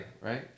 right